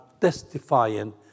testifying